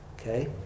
Okay